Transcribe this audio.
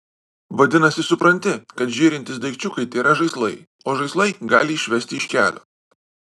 vadinasi supranti kad žėrintys daikčiukai tėra žaislai o žaislai gali išvesti iš kelio